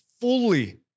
fully